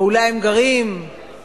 או אולי הם גרים באריאל,